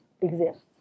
exists